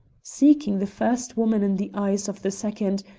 seeking the first woman in the eyes of the second,